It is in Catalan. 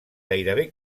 gairebé